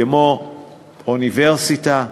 כמו אוניברסיטאות,